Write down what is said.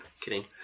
Kidding